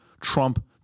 Trump